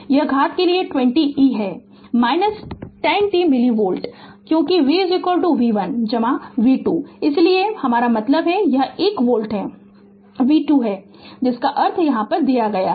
तो यह घात के लिए 20 e है 10 t मिली वोल्ट अब क्योंकि v v 1 जमा v 2 इसलिए हमारा मतलब है कि यह 1 हमें यह वोल्टेज v 2 है जिसका अर्थ यहाँ दिया है